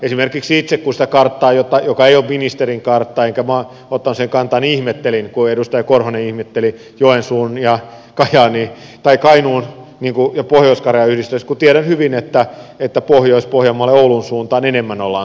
esimerkiksi itse sitä karttaa joka ei ole ministerin kartta enkä ole ottanut siihen kantaa ihmettelin kun edustaja timo korhonen ihmetteli joensuun ja kainuun ja pohjois karjalan yhdistämistä kun tiedän hyvin että pohjois pohjanmaalle oulun suuntaan enemmän ollaan suuntautuneita